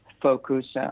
Focus